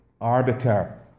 arbiter